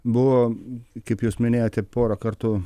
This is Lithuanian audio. buvo kaip jūs minėjote porą kartų